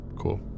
cool